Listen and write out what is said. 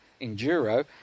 enduro